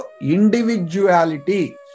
individuality